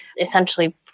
essentially